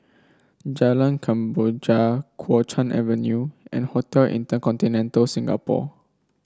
Jalan Kemboja Kuo Chuan Avenue and Hotel InterContinental Singapore